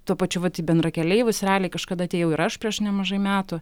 tuo pačiu vat į bendrakeleivius realiai kažkada atėjau ir aš prieš nemažai metų